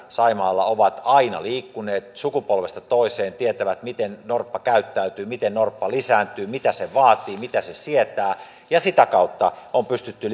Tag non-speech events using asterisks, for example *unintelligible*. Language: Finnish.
saimaalla ovat aina liikkuneet sukupolvesta toiseen tietävät miten norppa käyttäytyy miten norppa lisääntyy mitä se vaatii mitä se sietää sitä kautta on pystytty *unintelligible*